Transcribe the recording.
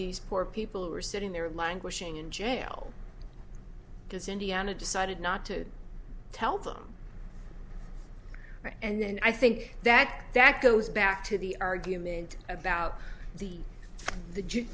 these poor people who are sitting there languishing in jail because indiana decided not to tell them and i think that that goes back to the argument about the the